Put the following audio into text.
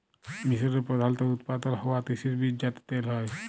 মিসরে প্রধালত উৎপাদল হ্য়ওয়া তিসির বীজ যাতে তেল হ্যয়